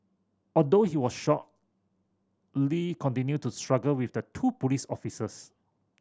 although he was shot Lee continued to struggle with the two police officers